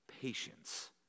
patience